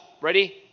Ready